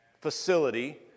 facility